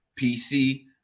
PC